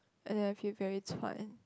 as in I feel very 全